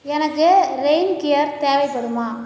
எனக்கு rain gear தேவைப்படுமா